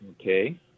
Okay